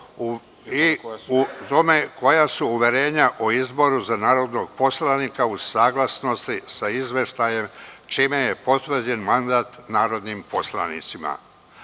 koja su uverenja o izboru za narodne poslanike u saglasnosti sa izveštajem, čime je potvrđen mandat tim narodnim poslanicima. Narodna